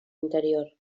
interior